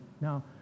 now